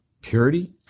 Purity